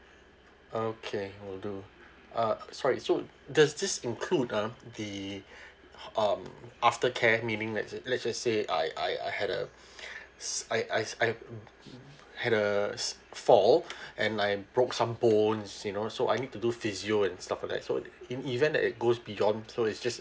okay will do uh sorry so does this include ah the um aftercare meaning let's just let's just say I I I had a so I I I um had a fall and I broke some bones you know so I need to do physio and stuff like that so in event that it goes beyond so it's just